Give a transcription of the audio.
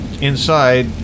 inside